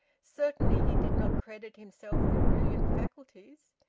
certainly he did not credit himself with brilliant faculties.